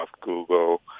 Google